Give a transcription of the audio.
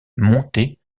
monter